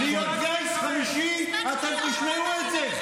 עד שלא תפסיקו להיות גיס חמישי, אתם תשמעו את זה.